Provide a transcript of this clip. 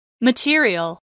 Material